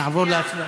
לי יש דעה.